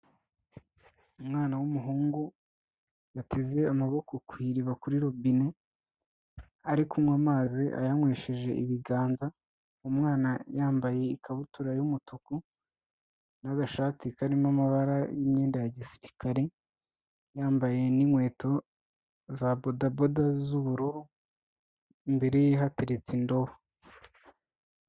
Umwana w'umuhungu yateze amaboko ku iriba kuri robine arikunywa amazi ayanywesheje ibiganza. Umwana yambaye ikabutura y'umutuku n'agashati karimo amabara y'imyenda ya gisirikare. Yambaye n'inkweto za bodaboda z'ubururu. Imbere ye hateretse indobo.